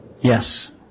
Yes